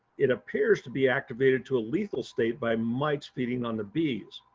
it appears to be activated to a lethal state by mites feeding on the bees.